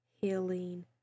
healing